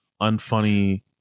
unfunny